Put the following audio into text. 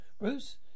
Bruce